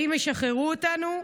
האם ישחררו אותנו?